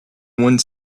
one